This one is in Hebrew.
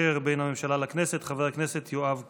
בין הממשלה לכנסת חבר הכנסת יואב קיש.